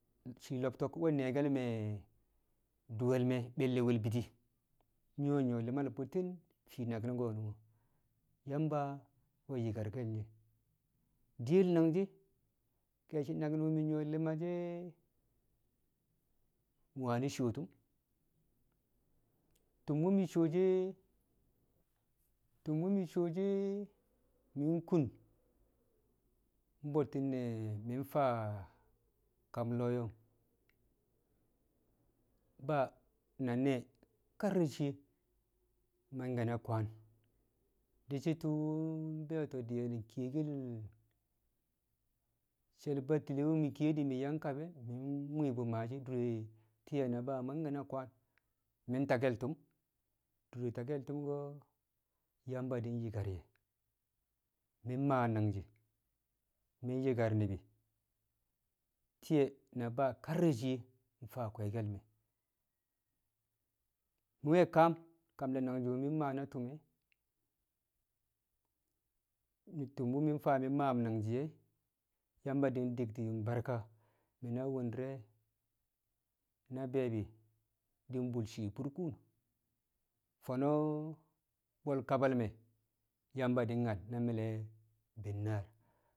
shii lo̱bto̱k we̱ nyi̱ye̱ke̱l me̱ dṵwe̱l me̱ be̱lle̱ we̱l bi̱di̱ nyi̱ nyṵwo̱ bṵtti̱n fii naki̱n ko̱nṵng Yamba nwe nyikarke̱l nye diyel nangshi̱ ke̱e̱shi̱ naki̱n wṵ mi̱ nyuwo li̱ma she̱, mi̱ wani̱ coo tṵm, tṵm wṵ mi̱ coo shi̱ e̱ tu̱m wu̱ coo mi̱ shi̱ e̱ mi̱ kṵn bṵtti̱n mi̱ faa kam lo̱o̱ yo̱ng Ba na Nee kar re̱ shiye mangke̱ na kwaan di̱ shi̱ tu̱u̱ mbe̱e̱to̱ diyen kiyel she̱l Batile mi̱ kiye di̱ mi̱ yang kabe̱ mwi̱i̱ bṵ maashi̱ adure Te̱e̱ na Ba mangke̱ na kwaan mi̱ takke̱l tu̱m, dure takke̱l tṵmke̱l ko̱ Yamba di̱ nyi̱kar ye̱, mi̱ mmaa mangji̱ mi nyi̱kar ni̱bi̱ Te̱e̱ na Ba kar re̱ shiye̱ mfaa kwe̱e̱ke̱l me̱. Mi̱ we̱ kaam kam ne̱ nangji̱ mi̱ mmaa na tṵm, tṵm wṵ faa mi̱ mmaam nangji̱ e̱ Yamba di̱ di̱kti̱n yṵm barka mi̱ na wṵndi̱re̱ na be̱e̱bi̱ di̱ bṵl shii burkuum, fo̱no̱ bwe̱l kabe̱ me̱ Yamba di̱ nnyal na mi̱le̱ bi̱nnaar